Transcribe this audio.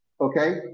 Okay